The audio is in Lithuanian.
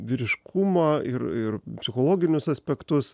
vyriškumą ir ir psichologinius aspektus